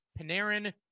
Panarin